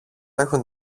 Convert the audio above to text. έχουν